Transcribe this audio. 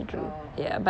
oh oh